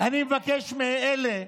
אני מבקש מאלה